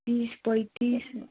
तिस पैँतिस